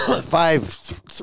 five